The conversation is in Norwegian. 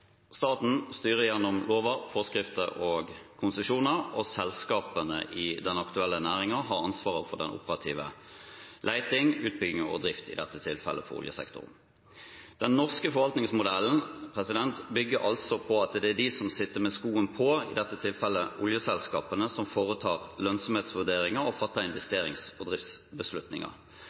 Staten styrer gjennom lover, forskrifter og konsesjoner, og selskapene i den aktuelle næringen har ansvaret for den operative leting, utbygging og drift, i dette tilfellet for oljesektoren. Den norske forvaltningsmodellen bygger altså på at det er de som sitter med skoen på, i dette tilfellet oljeselskapene, som foretar lønnsomhetsvurderinger og fatter investerings- og driftsbeslutninger.